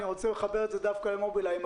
אני רוצה לחבר את זה דווקא למובילאיי,